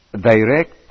direct